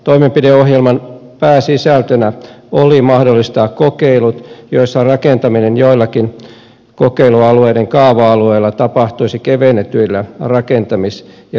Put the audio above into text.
toimenpideohjelman pääsisältönä oli mahdollistaa kokeilut joissa rakentaminen joillakin kokeilualueiden kaava alueilla tapahtuisi kevennetyillä rakentamis ja kaavamääräyksillä